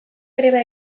greba